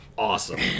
Awesome